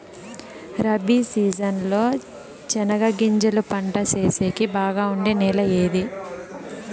Rabi season లో చెనగగింజలు పంట సేసేకి బాగా ఉండే నెల ఏది?